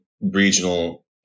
regional